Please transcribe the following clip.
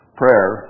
prayer